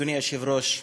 אדוני היושב-ראש,